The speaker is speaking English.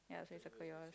ya favourite call yours